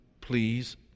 please